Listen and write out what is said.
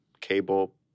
cable